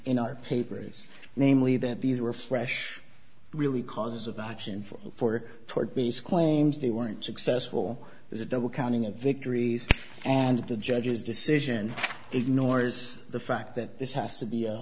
in our papers namely that these were fresh really cause of action for toward these claims they weren't successful there's a double counting of victories and the judge's decision ignores the fact that this has to be a